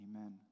Amen